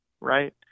Right